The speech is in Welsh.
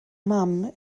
mam